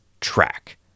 track